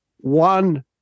One